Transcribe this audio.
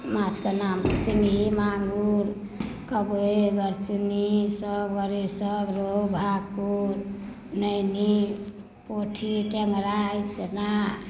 माछके नाम सिङ्गही माँगुर कबइ गरचुन्नी सब रोहु भाकुर नैनी पोठी टेंगरा इचना